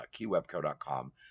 keywebco.com